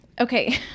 Okay